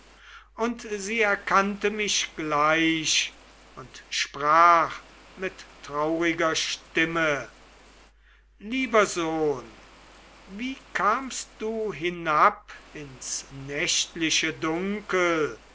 und sie erkannte mich gleich und sprach mit trauriger stimme lieber sohn wie kamst du hinab ins nächtliche dunkel